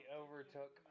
overtook